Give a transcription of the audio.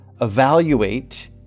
evaluate